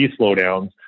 slowdowns